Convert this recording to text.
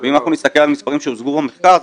ואם אנחנו נסתכל על מספרים שהוצגו במחקר אז